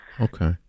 okay